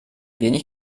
wenig